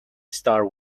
start